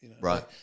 right